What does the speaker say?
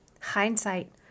hindsight